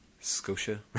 Scotia